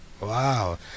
Wow